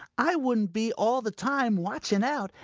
i wouldn't be all the time watching out,